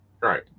Right